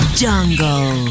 jungle